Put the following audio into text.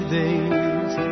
days